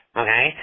okay